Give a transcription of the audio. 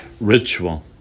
Ritual